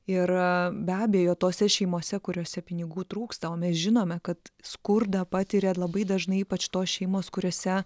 ir be abejo tose šeimose kuriose pinigų trūksta o mes žinome kad skurdą patiria labai dažnai ypač tos šeimos kuriose